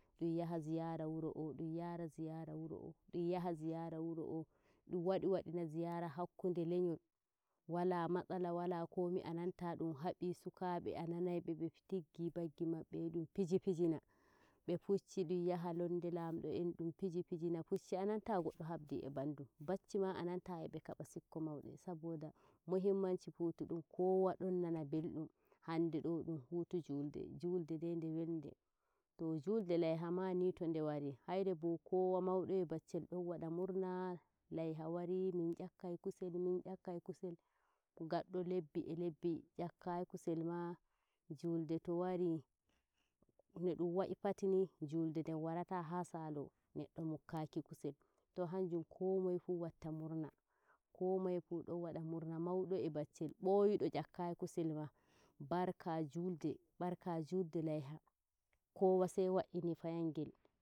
ɗun yaha ziyara wuro oo ɗun yaha ziyara wuro o ɗun yaha ziyara wuro o ɗun wadi wadi na ziyara hakkunde lenyol wala matsala wala komai, anantadun habi sukabe anannai e be diggi baggi mabbe ɗun piji pija na be pucci. dun yaha yolde lamdo e dun piji piji na ananta goddo habdi e bandum bacci ma ananta e be kaba hakko maube saboda muhimmanci hutu dum kowa don nnana beldum hande do dum hutu julde julde nde nde welde to julde laihani to nde wari. haire bo kowa maudo e baccel don wada murna laiha wari min nyakkai kusel min nyankkai kusel. gaɗɗo lebbi e lebbi nyakkai kusel na, julde to wari no dum wi'a part ni julde den warta haa salo neddo nyakkayi kusel to hanjum komaye fu wata murna. ko moye fu don wada murna, maube e baccel booyudo nyakkai kusel fu barka. julde, barka julde lahiya ko wa sai wa'ini fayangel.